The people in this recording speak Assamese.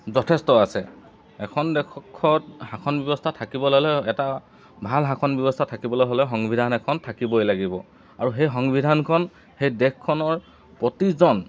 যথেষ্ট আছে এখন দেশত শাসন ব্যৱস্থা থাকিবলৈ হ'লে এটা ভাল শাসন ব্যৱস্থা থাকিবলৈ হ'লে সংবিধান এখন থাকিবই লাগিব আৰু সেই সংবিধানখন সেই দেশখনৰ প্ৰতিজন